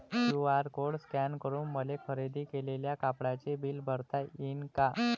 QR code scan करून मले खरेदी केलेल्या कापडाचे बिल भरता यीन का?